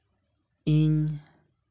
ᱤᱧ